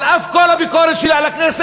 על אף כל הביקורת שלי על הכנסת,